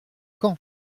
caen